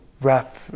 wrap